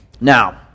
Now